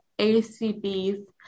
ACB's